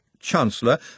Chancellor